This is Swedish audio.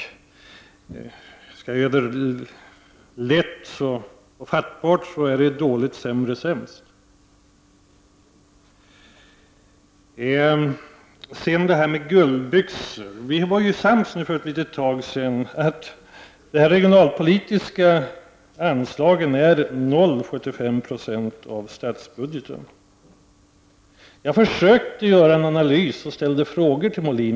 Om jag skall göra det hela fattbart, så betyder det ”dålig, sämre, sämst”. Så till talet om guldbyxor. För ett litet tag sedan var vi överens om att de regionalpolitiska anslagen utgör 0,75 90 av statsbudgeten. Jag försökte göra en analys, och jag ställde frågor till Rune Molin.